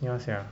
ya sia